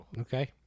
Okay